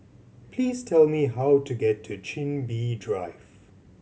please tell me how to get to Chin Bee Drive